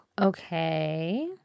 Okay